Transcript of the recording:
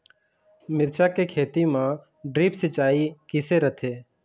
मिरचा के खेती म ड्रिप सिचाई किसे रथे?